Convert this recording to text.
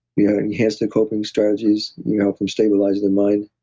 yeah and he has the coping strategies. you help him stabilize the mind.